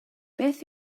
beth